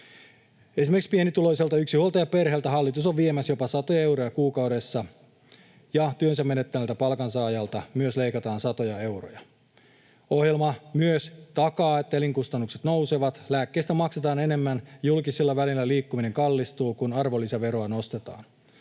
Esimerkiksi pienituloiselta yksinhuoltajaperheeltä hallitus on viemässä jopa satoja euroja kuukaudessa ja työnsä menettäneeltä palkansaajalta myös leikataan satoja euroja. Ohjelma myös takaa, että elinkustannukset nousevat, lääkkeistä maksetaan enemmän, julkisilla välineillä liikkuminen kallistuu, kun arvonlisäveroa nostetaan.